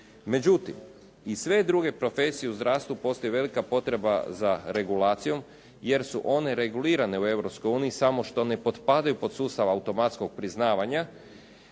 Međutim, i sve druge profesije u zdravstvu postoji velika potreba za regulacijom jer su one regulirane u Europskoj uniji samo što ne potpadaju pod sustav automatskog priznavanja,